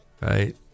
Right